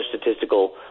statistical